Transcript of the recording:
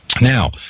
Now